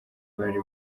bari